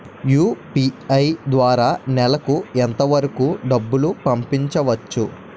UPI ద్వారా నెలకు ఎంత వరకూ డబ్బులు పంపించవచ్చు?